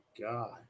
God